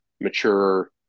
mature